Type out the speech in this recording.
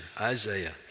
Isaiah